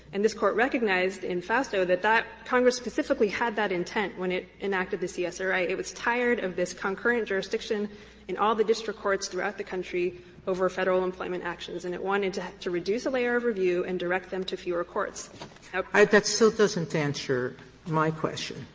and this court recognized in fausto that that congress specifically had that intent when it enacted the csra. it was tired of this concurrent jurisdiction in all the district courts throughout the country over federal employment actions and it wanted to to reduce a layer of review and direct them to fewer courts. now sotomayor that still doesn't answer my question,